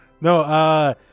No